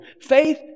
Faith